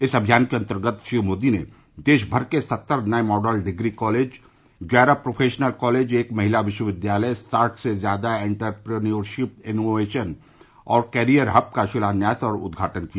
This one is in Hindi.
इस अभियान के अन्तर्गत श्री मोदी ने देश भर के सत्तर नये मॉडल डिग्री कालेज ग्यारह प्रोफेशनल कॉलेज एक महिला विश्वविद्यालय साठ से ज्यादा औन्टर प्रन्योरशिप इनोवेशन और कॅरियर हब का शिलान्यास और उद्घाटन किया